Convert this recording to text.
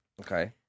Okay